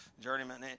journeyman